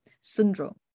syndrome